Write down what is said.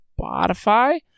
Spotify